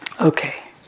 Okay